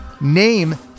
Name